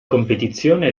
competizione